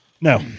No